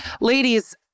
ladies